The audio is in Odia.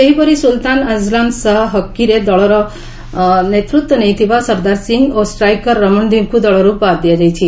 ସେହିପରି ସୁଲତାନ ଆଜଲାନ ଶାହ ହକିରେ ଦଳର ନେତୃତ୍ୱ ନେଇଥିବା ସର୍ଦ୍ଦାର ସିଂହ ଓ ଷ୍ଟାଇକର ରମଶଦୀପଙ୍କୁ ଦଳରୁ ବାଦ୍ ଦିଆଯାଇଛି